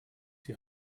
die